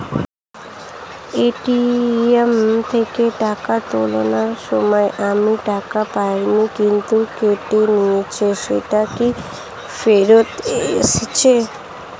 ATM থেকে টাকা তোলার সময় আমি টাকা পাইনি কিন্তু কেটে নিয়েছে সেটা কি ফেরত এসেছে?